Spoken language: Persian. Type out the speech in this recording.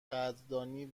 قدردانی